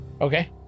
Okay